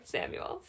Samuel